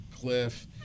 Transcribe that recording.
Cliff